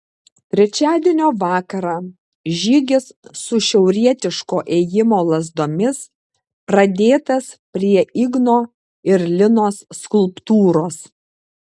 trečiadienio vakarą žygis su šiaurietiško ėjimo lazdomis pradėtas prie igno ir linos skulptūros